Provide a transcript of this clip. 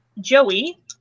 Joey